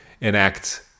enact